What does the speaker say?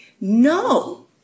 No